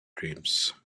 dreams